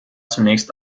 zunächst